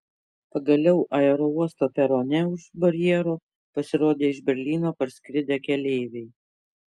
pagaliau aerouosto perone už barjero pasirodė iš berlyno parskridę keleiviai